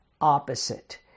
opposite